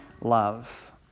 love